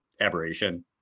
aberration